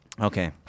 Okay